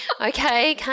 Okay